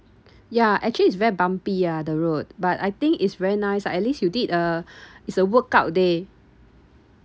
ya actually it's very bumpy ah the road but I think is very nice ah at least you did uh it's a workout day